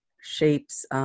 shapes